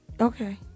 Okay